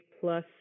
plus